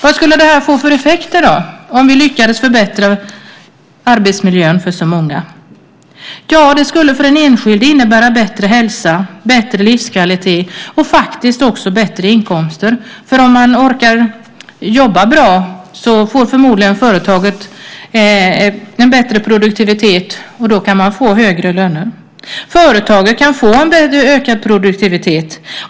Vad skulle det få för effekter om vi lyckas förbättra arbetsmiljön för så många? För den enskilde innebär det bättre hälsa, bättre livskvalitet och bättre inkomster. Orkar man jobba bra får företaget förmodligen en bättre produktivitet. Då kan man få högre lön. Företaget kan få en ökad produktivitet.